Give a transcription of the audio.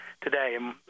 today